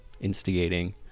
instigating